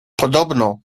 podobno